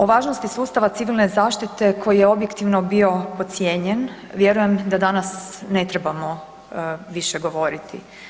O važnosti sustava civilne zaštite koji je objektivno bio podcijenjen, vjerujem da danas ne trebamo više govoriti.